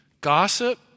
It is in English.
gossip